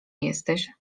jesteś